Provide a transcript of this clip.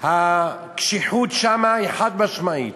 הקשיחות שם היא חד-משמעית,